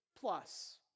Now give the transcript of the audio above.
plus